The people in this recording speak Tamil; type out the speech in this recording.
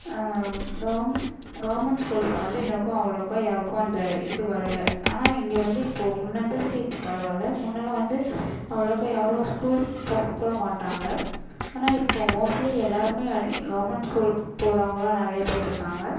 கவம் கவர்மெண்ட் ஸ்கூல்ஸ்ல வந்து இன்றைக்கும் அவ்வளோக்கும் யாருக்கும் அந்த இது வரலை ஆனால் இங்கே வந்து இப்போது முன்னருந்ததுக்கு இப்போது பரவாயில்ல முன்னெல்லாம் வந்து அவ்வளோக்காக யாரும் ஸ்கூல் போக கூட மாட்டாங்க ஆனால் இப்போது மோஸ்ட்லி எல்லோருமே அது கவர்மெண்ட் ஸ்கூல்க்கு போறோவங்கல்லாம் நிறையா பேர் இருக்காங்க